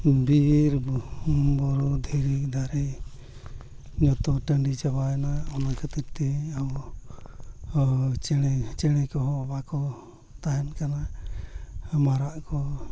ᱵᱤᱨᱼᱵᱩᱨᱩ ᱫᱷᱤᱨᱤ ᱫᱟᱨᱮ ᱡᱚᱛᱚ ᱴᱟᱺᱰᱤ ᱪᱟᱵᱟᱭᱮᱱᱟ ᱚᱱᱟ ᱠᱷᱟᱹᱛᱤᱨᱛᱮ ᱟᱵᱚᱦᱚᱸ ᱪᱮᱬᱮ ᱪᱮᱬᱮ ᱠᱚᱦᱚᱸ ᱵᱟᱠᱚ ᱛᱟᱦᱮᱱ ᱠᱟᱱᱟ ᱢᱟᱨᱟᱜ ᱠᱚ